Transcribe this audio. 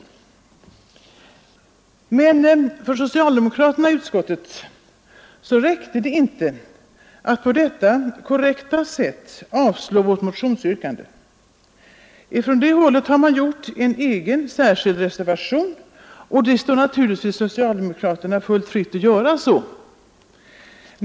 Men för socialdemokraterna i utskottet har det inte räckt att på detta korrekta sätt avstyrka vårt motionsyrkande. Man har från det hållet avgivit en särskild reservation — reservationen A 1 a — och det står naturligtvis socialdemokraterna fritt att göra det.